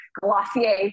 glossier